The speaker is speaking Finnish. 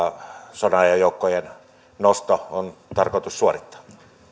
sodanajan joukkojen nosto on tarkoitus suorittaa